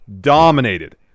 Dominated